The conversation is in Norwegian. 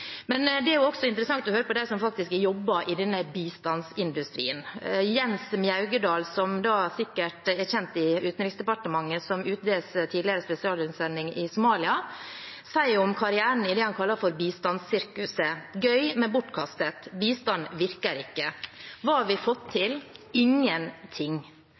også interessant å høre på dem som faktisk har jobbet i denne bistandsindustrien. Jens Mjaugedal – som sikkert er kjent i Utenriksdepartementet som UDs tidligere spesialutsending i Somalia – sier om karrieren i det han kaller for «bistandssirkuset»: «Gøy, men bortkastet. Bistand virker ikke. Hva har vi fått til? Ingenting.